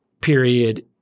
period